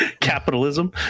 Capitalism